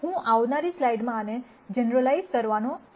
હું આવનારી સ્લાઇડ્સમાં આને જનરાલીઇઝ કરવાનો છું